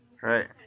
right